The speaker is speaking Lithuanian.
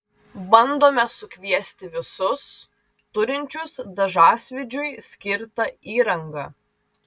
bandome sukviesti visus turinčius dažasvydžiui skirtą įrangą